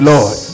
Lord